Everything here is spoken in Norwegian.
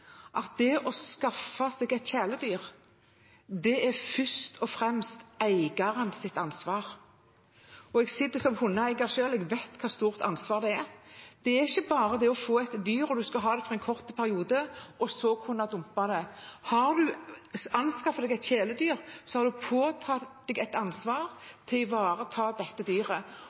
at det å skaffe seg et kjæledyr først og fremst er eierens ansvar. Jeg sitter som hundeeier selv og vet hvor stort ansvar det er. Det er ikke bare det å få et dyr som en skal ha for en kort periode, og så skal en kunne dumpe det. Har en anskaffet seg et kjæledyr, har en påtatt seg et ansvar for å ivareta dette dyret.